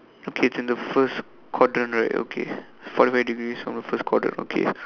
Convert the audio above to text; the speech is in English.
okay it's in the first quadrant right okay forty five degrees from the first quadrant okay